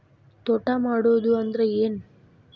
ತೋಟ ಮಾಡುದು ಅಂದ್ರ ಏನ್?